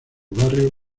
barrios